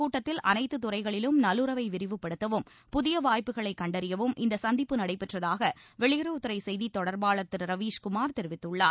கூட்டத்தில் அனைத்து துறைகளிலும் நல்லுறவை விரிவுபடுத்தவும் புதிய வாய்ப்புகளை இந்த கண்டறியவும் இந்த சந்திப்பு நடைபெற்றதாக வெளியுறவுத்துறை செய்தி தொடர்பாளர் திரு ரவீஸ்குமார் தெரிவித்துள்ளார்